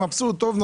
מבסוט טוב,